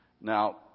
Now